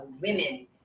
women